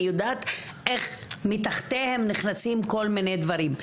אני יודעת איך מתחתם נכנסים כל מיני דברים.